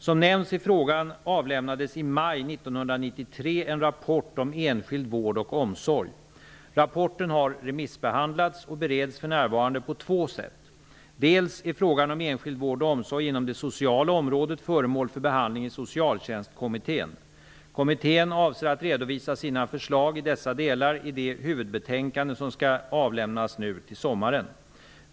Som nämns i frågan avlämnades i maj 1993 en rapport om enskild vård och omsorg. Rapporten har remissbehandlats och bereds för närvarande på två sätt. Dels är frågan om enskild vård och omsorg inom det sociala området föremål för behandling i Socialtjänstkommittén. Kommittén avser att redovisa sina förslag i dessa delar i det huvudbetänkande som skall avlämnas nu till sommaren.